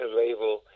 label